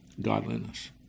godliness